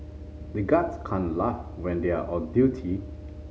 the guards can't laugh when they are on duty